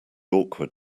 awkward